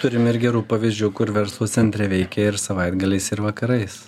turim ir gerų pavyzdžių kur verslo centre veikia ir savaitgaliais ir vakarais